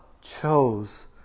chose